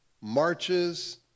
marches